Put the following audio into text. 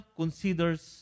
considers